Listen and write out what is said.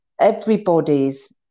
everybody's